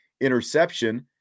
interception